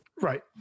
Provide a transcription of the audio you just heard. Right